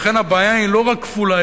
לכן הבעיה היא לא רק כפולה,